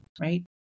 right